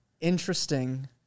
interesting